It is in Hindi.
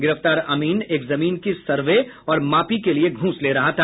गिरफ्तार अमीन एक जमीन की सर्वे और मापी के लिए घूस ले रहा था